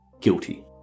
guilty